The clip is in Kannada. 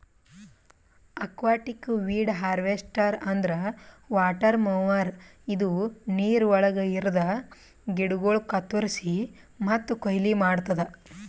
ಅಕ್ವಾಟಿಕ್ ವೀಡ್ ಹಾರ್ವೆಸ್ಟರ್ ಅಂದ್ರ ವಾಟರ್ ಮೊವರ್ ಇದು ನೀರವಳಗ್ ಇರದ ಗಿಡಗೋಳು ಕತ್ತುರಸಿ ಮತ್ತ ಕೊಯ್ಲಿ ಮಾಡ್ತುದ